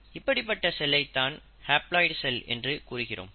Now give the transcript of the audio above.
இப்படிப்பட்ட செல்லை தான் ஹேப்லாய்டு செல் என்று கூறுகிறோம்